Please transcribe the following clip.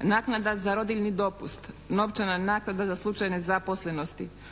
naknada za rodiljni dopust, novčana naknada za slučaj nezaposlenosti,